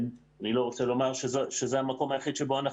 אני לא רוצה לומר שזה המקום היחיד בו אנחנו